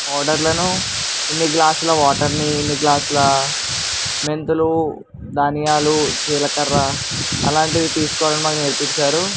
ఆర్డర్లను ఇన్ని గ్లాసుల వాటర్ని ఇన్ని గ్లాసుల మెంతులు ధనియాలు జీలకర్ర అలాంటివి తీసుకోవడం మాకు నేర్పించారు